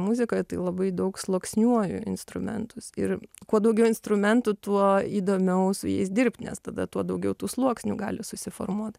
muzikoj tai labai daug sluoksniuoju instrumentus ir kuo daugiau instrumentų tuo įdomiau su jais dirbt nes tada tuo daugiau tų sluoksnių gali susiformuot